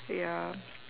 ya